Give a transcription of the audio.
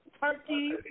Turkey